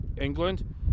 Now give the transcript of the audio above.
England